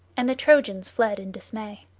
and the trojans fled in dismay.